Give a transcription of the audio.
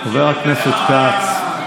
חבר הכנסת כץ,